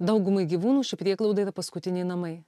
daugumai gyvūnų ši prieglauda yra paskutiniai namai